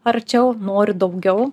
arčiau noriu daugiau